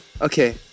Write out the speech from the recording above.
Okay